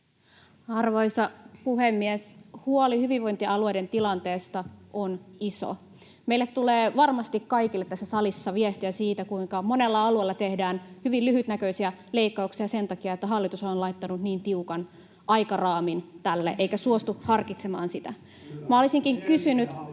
Arvoisa puhemies! Huoli hyvinvointialueiden tilanteesta on iso. Meille tulee varmasti kaikille tässä salissa viestiä siitä, kuinka monella alueella tehdään hyvin lyhytnäköisiä leikkauksia sen takia, että hallitushan on laittanut niin tiukan aikaraamin tälle eikä suostu harkitsemaan sitä. Minä olisinkin kysynyt...